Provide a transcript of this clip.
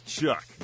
Chuck